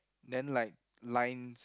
then like lines